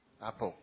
Apple